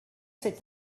cet